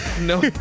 No